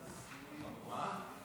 מה,